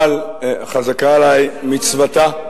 אבל חזקה עלי מצוותה,